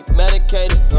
medicated